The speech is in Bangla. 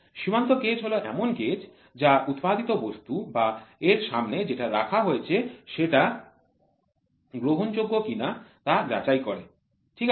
সীমান্ত গেজ হল এমন গেজ যা উৎপাদিত বস্তু বা এর সামনে যেটা রাখা হয়েছে সেটা গ্রহণযোগ্য কিনা তা যাচাই করে ঠিক আছে